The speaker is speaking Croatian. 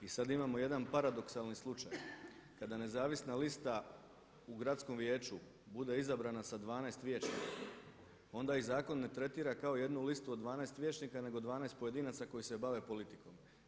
I sad imamo jedan paradoksalni slučaj kada nezavisna lista u Gradskom vijeću bude izabrana sa 12 vijećnika onda ih zakon ne tretira kao jednu listu od 12 vijećnika nego 12 pojedinaca koji se bave politikom.